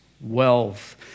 wealth